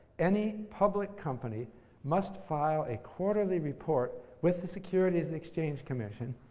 any public company must file a quarterly report with the securities and exchange commission,